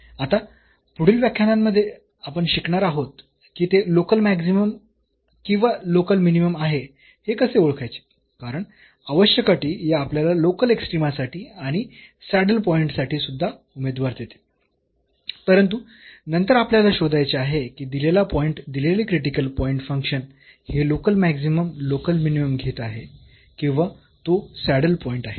आता पुढील व्याख्यानांमध्ये आपण शिकणार आहोत की ते लोकल मॅक्सिमम किंवा लोकल मिनिमम आहे हे कसे ओळखायचे कारण आवश्यक अटी या आपल्याला लोकल एक्स्ट्रीमा साठी आणि सॅडल पॉईंट्स साठी सुध्दा उमेदवार देतील परंतु नंतर आपल्याला शोधायचे आहे की दिलेला पॉईंट दिलेले क्रिटिकल पॉईंट फंक्शन हे लोकल मॅक्सिमम लोकल मिनिमम घेत आहे किंवा तो सॅडल पॉईंट आहे